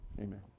amen